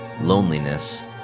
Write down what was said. Loneliness